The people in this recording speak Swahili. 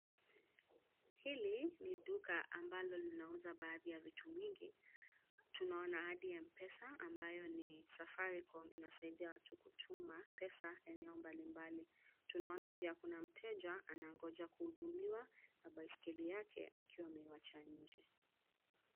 Hili ni duka ambalo linauza baadhi ya vitu mingi. Tunaona hadi M-Pesa ambayo ni Safaricom inasaidia watu kutuma pesa eneo mbalimbali. Tunaona pia kuna mteja anangoja kuhudumiwa na baiskeli yake akiwa ameiwacha nje.